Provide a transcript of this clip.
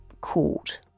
court